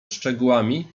szczegółami